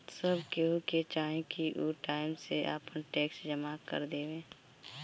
सब केहू के चाही की उ टाइम से आपन टेक्स जमा कर देवे